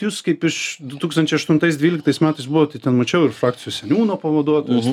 jus kaip iš du tūkstančiai aštuntais dvyliktais metais buvote ten mačiau ir frakcijos seniūno pavaduotojas